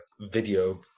video